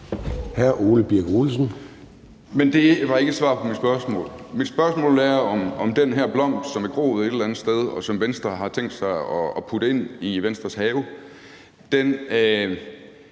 10:23 Ole Birk Olesen (LA): Det var ikke et svar på mit spørgsmål. Mit spørgsmål går på, at den her blomst, som er groet et eller andet sted, og som Venstre har tænkt sig at putte ind i sin have, kun